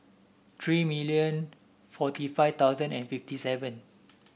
three million forty five thousand and fifty seven